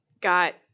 got